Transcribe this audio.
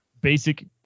basic